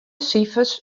sifers